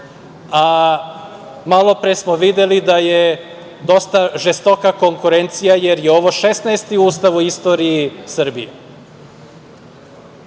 Malopre smo videli da je dosta žestoka konkurencija, jer je ovo 16 Ustav u istoriji Srbije.Zašto